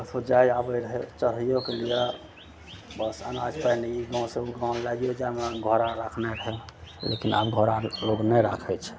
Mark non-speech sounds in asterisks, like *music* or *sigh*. से जाय आबै रहय चढ़ैयोके लिए *unintelligible* ई गाँव से ओ गाँवमे लैयो जाइ लऽ घोड़ा राखने रहय लेकिन आब घोड़ा लोग नहि राखैत छै